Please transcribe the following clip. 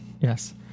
yes